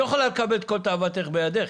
נילי, את לא יכולה לצאת וכל תאוותך בידך.